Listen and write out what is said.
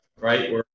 right